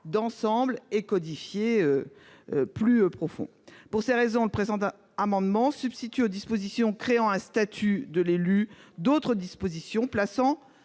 d'ensemble, codifié et plus profond. Pour ces raisons, le présent amendement tend à substituer aux dispositions créant un statut de l'élu d'autres dispositions, plaçant